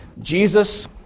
Jesus